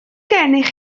gennych